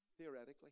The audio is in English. Theoretically